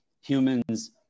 Humans